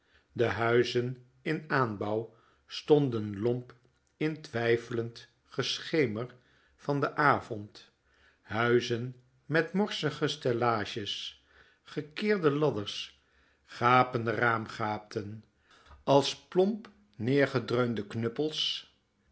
de huizen in aanbouw stonden lomp in t weiflend geschemer van den avond huizen met morsige stellages gekeerde ladders gapende raamgaten als plomp neergedreunde knuppels